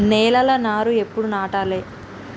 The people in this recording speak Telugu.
నేలలా నారు ఎప్పుడు నాటాలె?